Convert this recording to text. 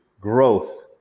growth